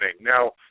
Now